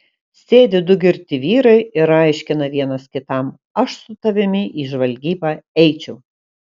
sėdi du girti vyrai ir aiškina vienas kitam aš su tavimi į žvalgybą eičiau